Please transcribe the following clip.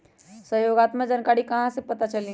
सहयोगात्मक जानकारी कहा से पता चली?